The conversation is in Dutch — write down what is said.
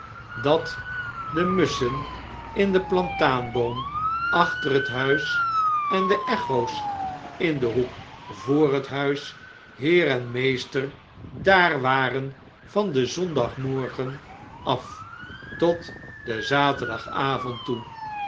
dat de musschen in den plataanboom achter het huis en de echo's in den hoek voor het huis heer en meester daar waren van den zondagmorgen af tot den zaterdagavond toe